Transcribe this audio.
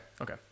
Okay